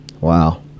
Wow